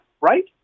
right